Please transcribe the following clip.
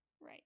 Right